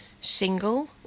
single